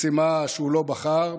משימה שהוא לא בחר,